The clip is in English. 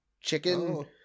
chicken